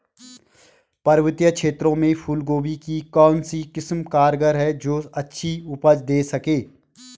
पर्वतीय क्षेत्रों में फूल गोभी की कौन सी किस्म कारगर है जो अच्छी उपज दें सके?